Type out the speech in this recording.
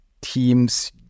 teams